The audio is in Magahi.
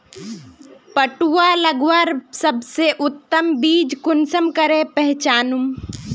पटुआ लगवार सबसे उत्तम बीज कुंसम करे पहचानूम?